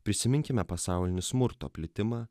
prisiminkime pasaulinį smurto plitimą